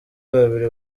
babiri